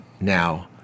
now